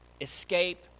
escape